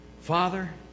Father